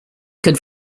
could